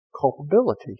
culpability